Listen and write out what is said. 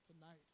tonight